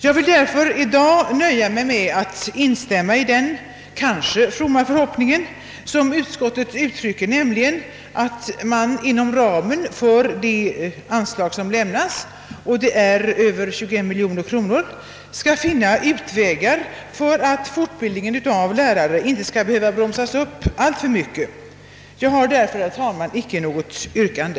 Jag vill därför nöja mig med att instämma i den kanske fromma förhoppning som utskottet uttrycker, nämligen att man inom ramen för de anslag som lämnas, d.v.s. över 21 miljoner kronor, skall finna utvägar för att fortbildningen av lärare inte skall behöva bromsas upp alltför mycket. Jag har därför, herr talman, icke något yrkande.